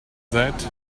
that